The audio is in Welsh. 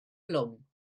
blwm